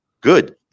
good